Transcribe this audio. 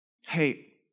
hey